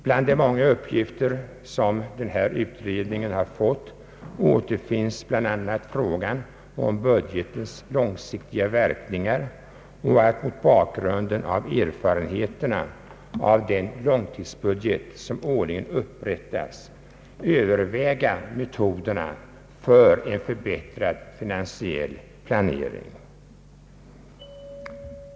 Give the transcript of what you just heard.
Bland de många uppgifter som ålagts denna utredning återfinnes bl.a. frågan om budgetens långsiktiga verkningar och att mot bakgrund av erfarenheterna av den långtidsbudget som årligen upprättas överväga metoderna för en förbättrad finansiell planering.